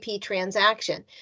transaction